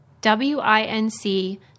W-I-N-C